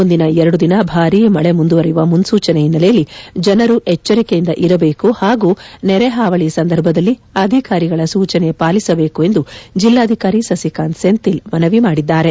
ಮುಂದಿನ ಎರಡು ದಿನ ಭಾರೀ ಮಳೆ ಮುಂದುವರೆಯುವ ಮುನ್ಸೂಚನೆ ಹಿನ್ನೆಲೆಯಲ್ಲಿ ಜನರು ಎಚ್ಚರಿಕೆಯಿಂದ ಇರಬೇಕು ಹಾಗೂ ನೆರೆ ಹಾವಳಿ ಸಂದರ್ಭದಲ್ಲಿ ಅಧಿಕಾರಿಗಳ ಸೂಚನೆ ಪಾಲಿಸಬೇಕು ಎಂದು ಜಿಲ್ಲಾಧಿಕಾರಿ ಸಸಿಕಾಂತ್ ಸೆಂಥಿಲ್ ಮನವಿ ಮಾದಿದ್ದಾರೆ